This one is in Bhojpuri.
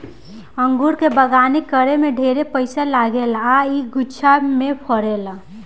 अंगूर के बगानी करे में ढेरे पइसा लागेला आ इ गुच्छा में फरेला